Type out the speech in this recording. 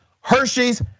Hershey's